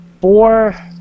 four